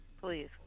Please